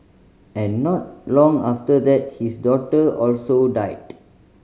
and not long after that his daughter also died